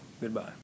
goodbye